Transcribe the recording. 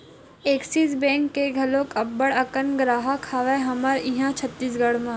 Axis bank के घलोक अब्बड़ अकन गराहक हवय हमर इहाँ छत्तीसगढ़ म